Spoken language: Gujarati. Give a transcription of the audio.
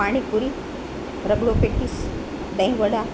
પાણીપુરી રગડો પેટીસ દહીંવડા